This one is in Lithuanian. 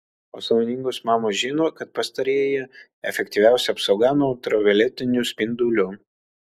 o sąmoningos mamos žino kad pastarieji efektyviausia apsauga nuo ultravioletinių spindulių